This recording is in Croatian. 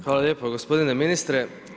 Hvala lijepo gospodine ministre.